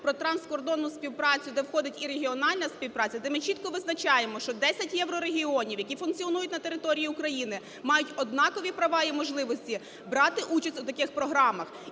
про транскордонну співпрацю, де входить і регіональна співпраця, де ми чітко визначаємо, що 10 єврорегіонів, які функціонують на території України, мають однакові права і можливості брати участь у таких програмах.